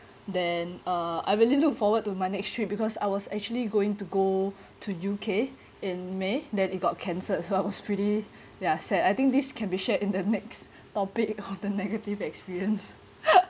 then uh I really look forward to my next trip because I was actually going to go to U_K in may then it got cancelled so I was pretty ya sad I think this can be shared in the next topic of the negative experience